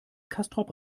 castrop